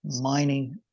mining